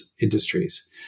industries